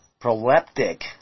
proleptic